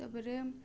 ତାପରେ